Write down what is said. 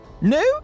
No